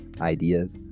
ideas